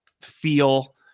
feel